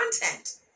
content